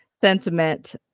sentiment